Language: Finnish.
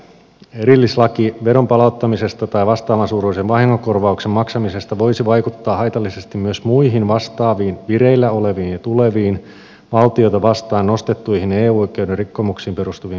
erillislaki veron palauttamisesta tai vastaavan suuruisen vahingonkorvauksen maksamisesta voisi vaikuttaa haitallisesti myös muihin vastaaviin vireillä oleviin ja tuleviin valtiota vastaan nostettuihin eu oikeuden rikkomuksiin perustuviin vahingonkorvauskanteisiin